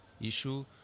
issue